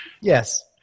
Yes